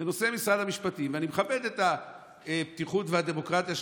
בנושא משרד המשפטים אני מכבד את הפתיחות והדמוקרטיה שלך,